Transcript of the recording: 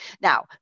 Now